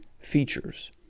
features